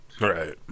Right